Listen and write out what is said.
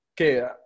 okay